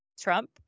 Trump